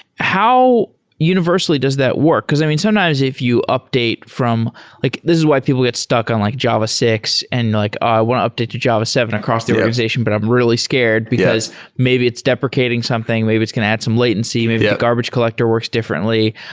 how universally does that work? because i mean sometimes if you update from like this is why people get stuck on like java six and like, i want to update to java seven across the organization, but i'm really scared, because maybe it's deprecating something. maybe it's going to add some latency. maybe the garbage collector works differently.